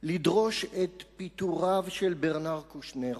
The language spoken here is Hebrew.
לדרוש את פיטוריו של ברנאר קושנר,